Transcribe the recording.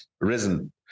risen